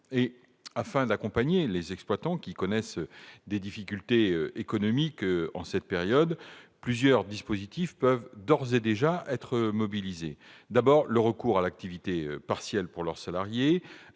Afin d'accompagner les exploitants qui connaissent des difficultés économiques en cette période, plusieurs dispositifs peuvent d'ores et déjà être utilisés : le recours à l'activité partielle pour leurs salariés